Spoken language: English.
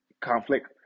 conflict